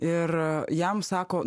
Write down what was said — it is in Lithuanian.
ir jam sako